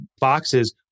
boxes